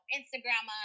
Instagram